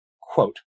Quote